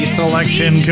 selection